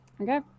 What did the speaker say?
Okay